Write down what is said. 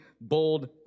bold